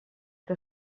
que